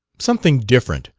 something different,